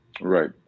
Right